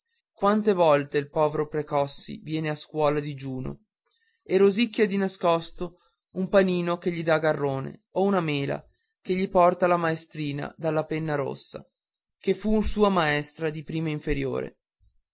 quante volte il povero precossi viene a scuola digiuno e rosicchia di nascosto un panino che gli dà garrone o una mela che gli porta la maestrina della penna rossa che fu sua maestra di prima inferiore